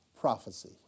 prophecy